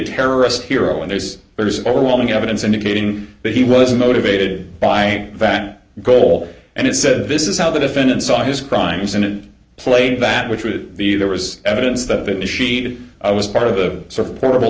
terrorist hero and there's there's overwhelming evidence indicating that he wasn't motivated by that goal and it said this is how the defendant saw his crimes and played that which would be there was evidence that initiated i was part of the supportable